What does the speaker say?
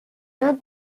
not